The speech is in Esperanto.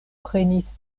prenis